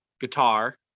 guitar